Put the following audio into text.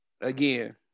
Again